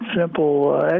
simple